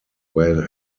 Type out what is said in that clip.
where